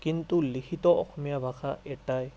কিন্তু লিখিত অসমীয়া ভাষা এটাই